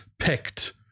picked